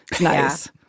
Nice